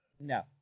no